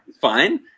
fine